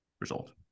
result